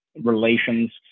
relations